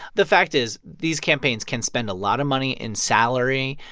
the fact is these campaigns can spend a lot of money in salary,